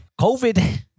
COVID